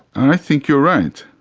i think you're right.